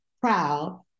proud